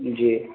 جی